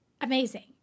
Amazing